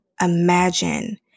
imagine